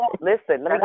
Listen